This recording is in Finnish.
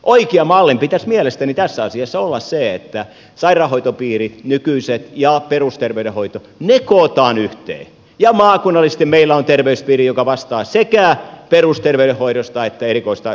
oikean mallin pitäisi mielestäni tässä asiassa olla se että nykyiset sairaanhoitopiirit ja perusterveydenhoito kootaan yhteen ja maakunnallisesti meillä on terveyspiiri joka vastaa sekä perusterveydenhoidosta että erikoissairaanhoidosta